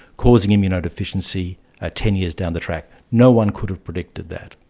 causing immunodeficiency ah ten years down the track. no one could have predicted that.